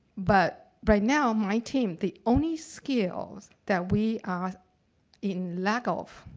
but but, now, my team, the only skills that we are in lack of,